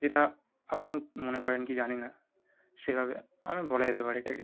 যেটা আপনি মনে করেন কী জানি না সেভাবে এমন বলা যেতে পারে এটাকে